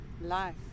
life